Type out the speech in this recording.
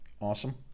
awesome